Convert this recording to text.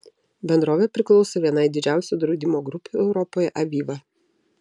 bendrovė priklauso vienai didžiausių draudimo grupių europoje aviva